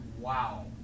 wow